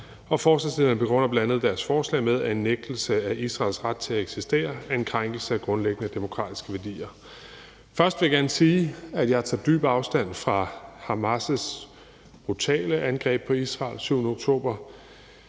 og forslagsstillerne begrunder bl.a. deres forslag med, at en nægtelse af Israels ret til at eksistere er en krænkelse af grundlæggende demokratiske værdier. Først vil jeg gerne sige, at jeg tager dyb afstand fra Hamas' brutale angreb på Israel den 7. oktober.